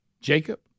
Jacob